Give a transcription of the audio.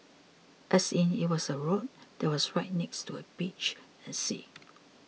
as in it was a road that was right next to a beach and sea